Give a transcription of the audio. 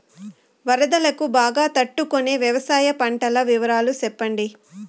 వరదలకు బాగా తట్టు కొనే వ్యవసాయ పంటల వివరాలు చెప్పండి?